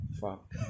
Fuck